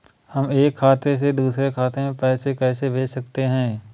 हम एक खाते से दूसरे खाते में पैसे कैसे भेज सकते हैं?